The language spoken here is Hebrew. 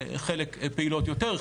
חלק פעילות יותר,